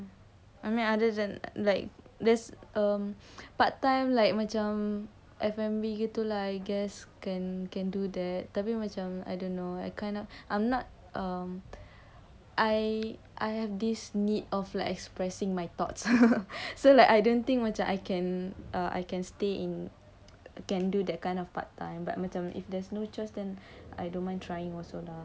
I mean other than like there's um part time like macam F&B gitu lah guess can can do that tapi macam I don't know I kind of I'm not um I I have this need of like expressing my thoughts so like I don't think macam I can uh I can stay in can do that kind of part time but macam if there's no choice then I don't mind trying also now